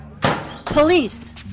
Police